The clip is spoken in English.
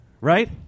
right